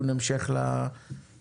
כרטיס נוסף לא מקבלים אותו מכל מיני סיבות.